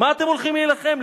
מה אתם הולכים להילחם?